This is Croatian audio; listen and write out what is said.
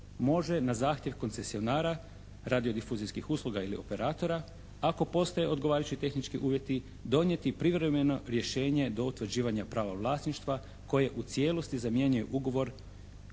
može na zahtjev koncesionara radiodifuzijskih usluga ili operatora ako postoje odgovarajući tehnički uvjeti donijeti privremeno rješenje do utvrđivanja prava vlasništva koje u cijelosti zamjenjuje ugovor